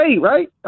right